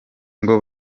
ngo